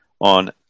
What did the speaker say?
on